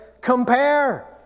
compare